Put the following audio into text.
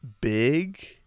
big